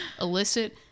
illicit